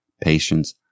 patience